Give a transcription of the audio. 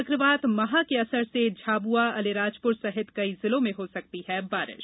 चकवात महा के असर से झाबुआ आलीराजपुर सहित कई जिलों में हो सकती है बारिश